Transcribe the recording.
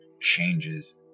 changes